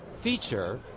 feature